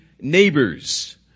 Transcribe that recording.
neighbors